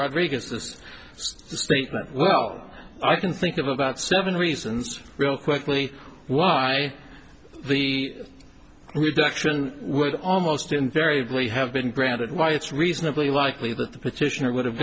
rodriguez this statement well i can think of about seven reasons real quickly why the reduction would almost invariably have been granted why it's reasonably likely that the petitioner would have